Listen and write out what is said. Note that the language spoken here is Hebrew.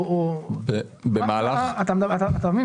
אתה מבין?